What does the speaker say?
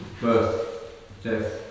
birth-death